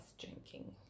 drinking